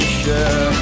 share